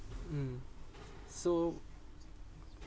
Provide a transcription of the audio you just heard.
mm so how did